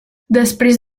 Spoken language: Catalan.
després